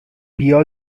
بیا